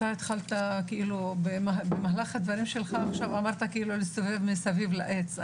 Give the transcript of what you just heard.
אתה התחלת כאילו במהלך הדברים שלך אמרת להסתובב מסביב לעץ.